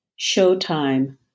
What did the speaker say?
Showtime